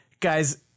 Guys